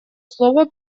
слово